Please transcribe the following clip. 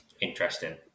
interesting